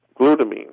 glutamine